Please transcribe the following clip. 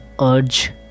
urge